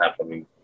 happening